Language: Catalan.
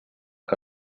que